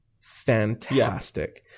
fantastic